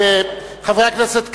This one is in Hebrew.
חברי הכנסת כבל,